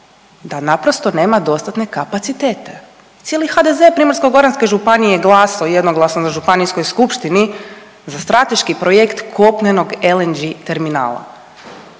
da naprosto nema dostatne kapacitete, cijeli HDZ Primorsko-goranske županije je glasao jednoglasno na županijskoj skupštini za strateški projekt kopnenog LNG terminala.